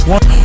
One